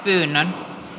pyyntöä